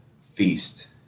feast